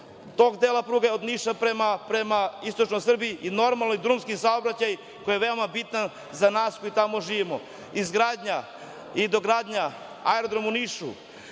tog dela pruge od Niša prema istočnoj Srbiji i normalni drumski saobraćaj koji je veoma bitan za nas koji tamo živimo. Izgradnja i dogradnja aerodroma u Nišu,